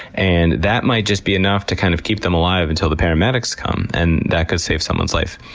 and that might just be enough to kind of keep them alive until the paramedics come, and that could save someone's life.